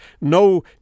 No